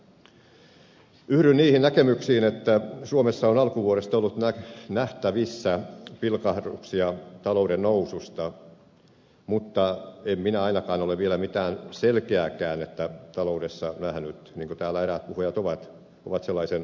yhdyn niihin näkemyksiin että suomessa on alkuvuodesta ollut nähtävissä pilkahduksia talouden noususta mutta en minä ainakaan ole vielä mitään selkeää käännettä taloudessa nähnyt niin kuin täällä eräät puhujat ovat sellaisen havainneet